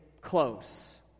close